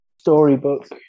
Storybook